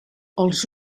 els